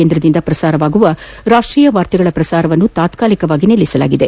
ಕೇಂದ್ರದಿಂದ ಪ್ರಸಾರವಾಗುವ ರಾಷ್ಟೀಯವಾರ್ತೆಗಳ ಪ್ರಸಾರವನ್ನು ತಾತಾಲಿಕವಾಗಿ ನಿಲ್ಲಿಸಲಾಗಿದೆ